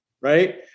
right